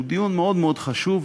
שהוא דיון מאוד מאוד חשוב,